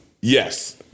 Yes